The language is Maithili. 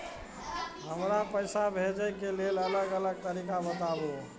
हमरा पैसा भेजै के लेल अलग अलग तरीका बताबु?